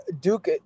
Duke